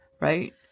right